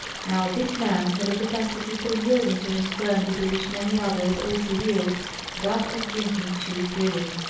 now, this man had a propensity for yielding to an infirmity to which many others also yield that of drinking too freely.